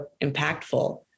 impactful